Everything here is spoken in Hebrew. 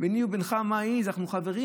ביני ובינך מה הוא" אנחנו חברים,